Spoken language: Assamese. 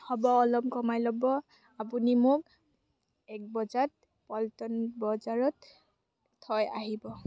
হ'ব অলপ কমাই ল'ব আপুনি মোক এক বজাত পল্টন বজাৰত থৈ আহিব